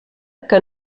que